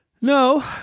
No